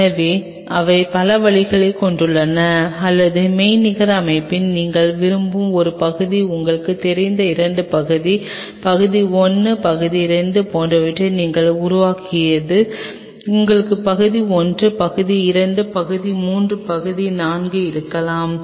எனவே அவை பல வழிகளைக் கொண்டுள்ளன அல்லது மெய்நிகர் அமைப்பில் நாங்கள் விரும்பும் ஒரு பகுதி உங்களுக்கு தெரிந்த இரண்டு பகுதி பகுதி 1 பகுதி 2 போன்றவற்றை நீங்கள் உருவாக்கியது உங்களுக்கு பகுதி ஒன்று பகுதி இரண்டு பகுதி மூன்று பகுதி நான்கு இருக்கலாம்